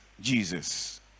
Jesus